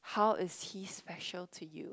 how is he special to you